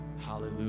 hallelujah